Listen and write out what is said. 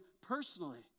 personally